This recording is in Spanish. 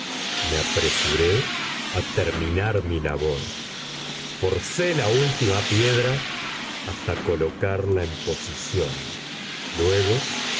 me apresuré a terminar mi labor forcé la última piedra hasta colocarla en posición luego